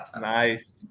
Nice